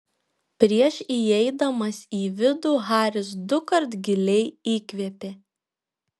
prieš įeidamas į vidų haris dukart giliai įkvėpė